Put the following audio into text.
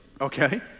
Okay